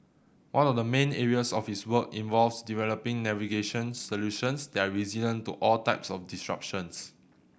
one of the main areas of his work involves developing navigation solutions that are resilient to all types of disruptions